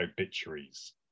obituaries